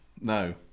No